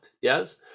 yes